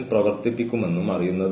എന്തുകൊണ്ടാണ് സ്ഥിതി ഇങ്ങനെ മാറിയത്